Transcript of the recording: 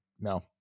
No